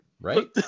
right